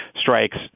strikes